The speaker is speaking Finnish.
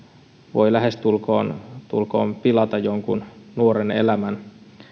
voi lähestulkoon pilata jonkun nuoren elämän